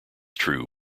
true